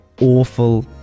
awful